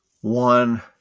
one